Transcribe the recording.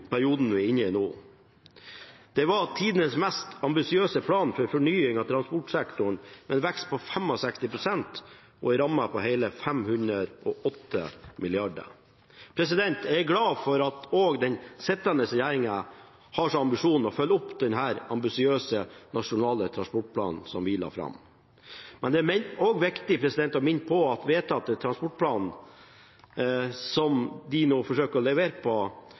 vi er inne i nå. Det var tidenes mest ambisiøse plan for fornying av transportsektoren med en vekst på 65 pst. og en ramme på hele 508 mrd. kr. Jeg er glad for at den sittende regjeringen har som ambisjon å følge opp den ambisiøse nasjonale transportplanen som vi la fram. Men det er også viktig å minne på at vedtatte transportplan, som de nå forsøker å levere på,